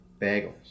bagels